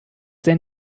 sehr